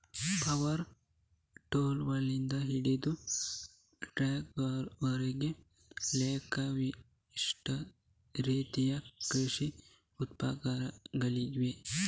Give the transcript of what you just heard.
power ಟೂಲ್ಗಳಿಂದ ಹಿಡಿದು ಟ್ರಾಕ್ಟರುಗಳವರೆಗೆ ಲೆಕ್ಕವಿಲ್ಲದಷ್ಟು ರೀತಿಯ ಕೃಷಿ ಉಪಕರಣಗಳಿವೆ